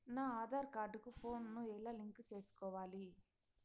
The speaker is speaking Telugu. నా ఆధార్ కార్డు కు ఫోను ను ఎలా లింకు సేసుకోవాలి?